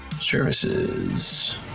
...services